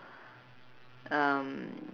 um